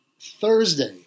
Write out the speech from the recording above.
Thursday